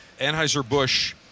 Anheuser-Busch